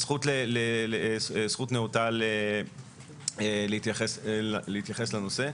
זכות נאותה להתייחס לנושא.